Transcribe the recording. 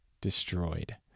destroyed